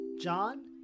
John